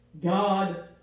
God